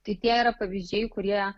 tai tie yra pavyzdžiai kurie